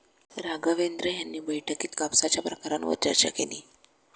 राघवेंद्र यांनी बैठकीत कापसाच्या प्रकारांवर चर्चा केली